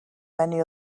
many